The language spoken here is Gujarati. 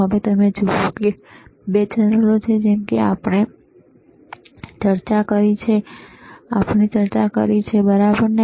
હવે તમે જુઓ ત્યાં 2 ચેનલો છે જેમ કે આપણે ચર્ચા કરી છે બરાબર ને